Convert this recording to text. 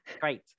Great